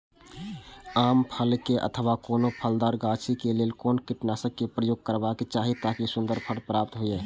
आम क फल में अथवा कोनो फलदार गाछि क लेल कोन कीटनाशक प्रयोग करबाक चाही ताकि सुन्दर फल प्राप्त हुऐ?